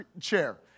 chair